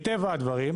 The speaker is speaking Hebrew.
מטבע הדברים,